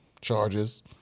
charges